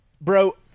bro